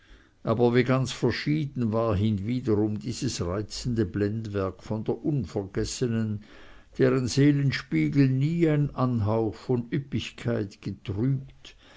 aber wie ganz verschieden war hinwiederum dieses reizende blendwerk von der unvergessenen deren seelenspiegel nie ein anhauch von üppigkeit getrübt